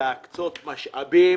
להקצות משאבים